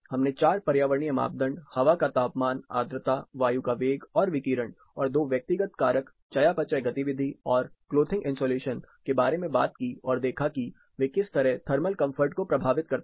हमने चार पर्यावरणीय मापदंड हवा का तापमान आद्रता वायु का वेग और विकिरण और दो व्यक्तिगत कारक चयापचय गतिविधि और क्लोथिंग इंसुलेशन के बारे में बात की और देखा कि वे किस तरह थर्मल कंफर्ट को प्रभावित करते हैं